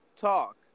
talk